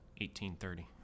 1830